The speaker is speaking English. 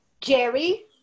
Jerry